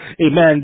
amen